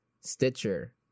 Stitcher